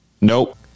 Nope